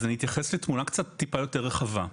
אז אני אתייחס לתמונה קצת טיפה יותר רחבה.